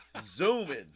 Zooming